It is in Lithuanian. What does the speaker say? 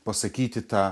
pasakyti tą